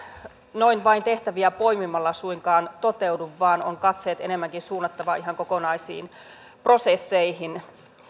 noin vain tehtäviä poimimalla suinkaan toteudu vaan katseet on enemmänkin suunnattava ihan kokonaisiin prosesseihin